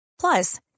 Plus